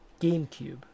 GameCube